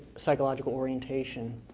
psychological orientation.